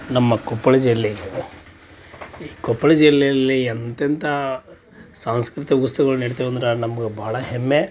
ನಮ್ಮ ಕೊಪ್ಪಳ ಜಿಲ್ಲೆ ಏನಿದೆ ಈ ಕೊಪ್ಪಳ ಜಿಲ್ಲೆಯಲ್ಲಿ ಎಂಥೆಂಥ ಸಾಂಸ್ಕೃತಿಕ ಉತ್ಸವ್ಗಳು ನಡಿತವೆ ಅಂದ್ರೆ ನಮ್ಗೆ ಭಾಳ ಹೆಮ್ಮೆ